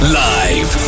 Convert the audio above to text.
live